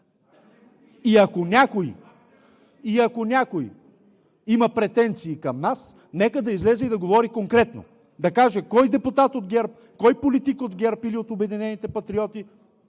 Ако някой има претенции към нас, нека да излезе и да говори конкретно – да каже кой депутат от ГЕРБ, кой политик от ГЕРБ или от „Обединени патриоти“